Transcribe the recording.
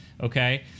okay